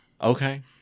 okay